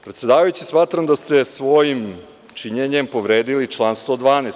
Predsedavajući, smatram da ste svojim činjenjem povredili član 112.